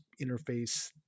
interface